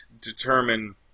determine